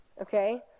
okay